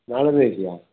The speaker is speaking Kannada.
ನಾಳೆಯೇ ಇದೆಯಾ